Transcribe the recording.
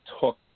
took